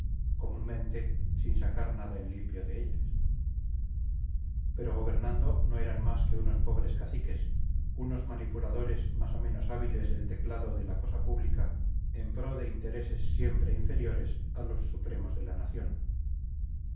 comúnmente sin sacar nada en limpio de ellas pero gobernando no eran más que unos pobres caciques unos manipuladores más o menos hábiles del teclado de la cosa pública en pro de intereses siempre inferiores a los supremos de la nación